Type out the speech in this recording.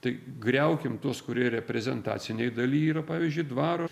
tai griaukim tuos kurie reprezentacinėj daly yra pavyzdžiui dvaro